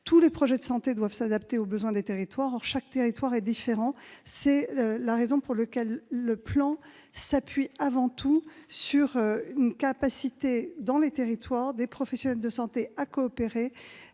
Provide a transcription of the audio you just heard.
Tous les projets de santé doivent s'adapter aux besoins des territoires. Or chaque territoire est différent : c'est la raison pour laquelle le plan mis en place s'appuie avant tout sur la capacité des professionnels de santé à coopérer